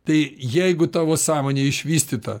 tai jeigu tavo sąmonė išvystyta